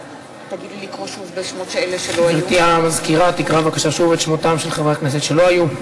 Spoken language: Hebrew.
גברתי המזכירה תקרא בבקשה שוב את שמותיהם של חברי הכנסת שלא היו.